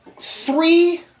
three